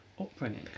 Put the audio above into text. upbringing